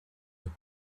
your